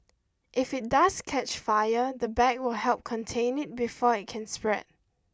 if it does catch fire the bag will help contain it before it can spread